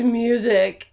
music